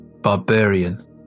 barbarian